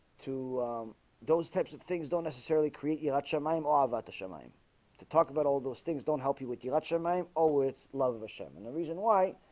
too those types of things don't necessarily create ah uhm i'm i'm ah about to show mine to talk about all those things don't help you with you that's your mine. oh, it's love of a sermon the reason why?